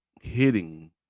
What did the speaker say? hitting